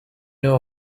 know